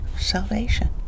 salvation